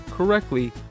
Correctly